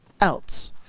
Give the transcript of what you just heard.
else